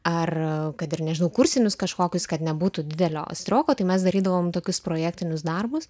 ar kad ir nežinau kursinius kažkokius kad nebūtų didelio strioko tai mes darydavom tokius projektinius darbus